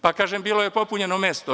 Pa, kažem bilo je popunjeno mesto.